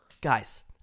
Guys